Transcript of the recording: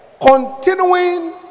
continuing